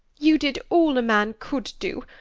you did all a man could do.